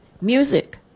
music